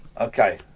Okay